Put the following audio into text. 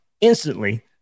instantly